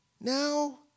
Now